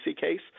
case